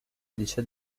dice